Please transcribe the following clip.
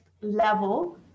level